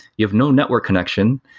you have no network connection,